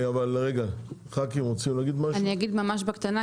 אני אגיד ממש בקטנה,